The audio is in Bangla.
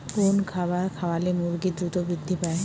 কোন খাবার খাওয়ালে মুরগি দ্রুত বৃদ্ধি পায়?